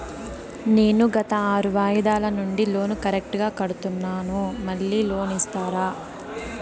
నేను గత ఆరు వాయిదాల నుండి లోను కరెక్టుగా కడ్తున్నాను, మళ్ళీ లోను ఇస్తారా?